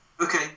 Okay